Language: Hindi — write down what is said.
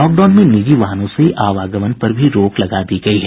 लॉकडाउन में निजी वाहनों से आवागमन पर भी रोक लगा दी गयी है